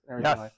Yes